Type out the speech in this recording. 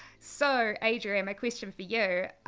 so adrian, my question for you,